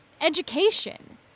education